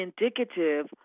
indicative